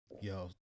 yo